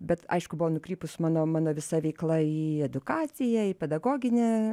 bet aišku buvo nukrypus mano mano visa veikla į edukaciją į pedagoginę